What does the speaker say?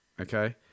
okay